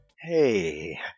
hey